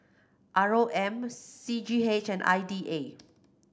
R O M C G H and I D A